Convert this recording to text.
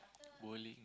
bowling